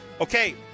Okay